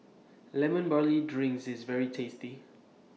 Lemon Barley Drink IS very tasty